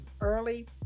early